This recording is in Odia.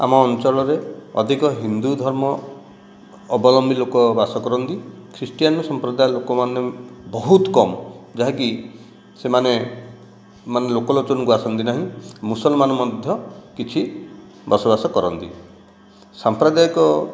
ଆମ ଅଞ୍ଚଳରେ ଅଧିକ ହିନ୍ଦୁ ଧର୍ମ ଅବଗାମୀ ଲୋକ ବାସକରନ୍ତି ଖ୍ରୀଷ୍ଟିଆନ ସମ୍ପ୍ରଦାୟ ଲୋକମାନେ ବହୁତ କମ ଯାହାକି ସେମାନେ ମାନେ ଲୋକ ଲୋଚନକୁ ଆସନ୍ତି ନାହିଁ ମୁସଲମାନ ମଧ୍ୟ କିଛି ବସବାସ କରନ୍ତି ସାମ୍ପ୍ରଦାୟିକ